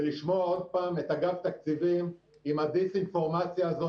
ולשמוע עוד פעם את אגף תקציבים עם הדיסאינפורמציה הזו,